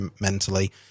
mentally